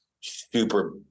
super